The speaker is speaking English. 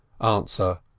answer